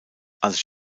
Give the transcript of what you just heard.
als